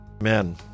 Amen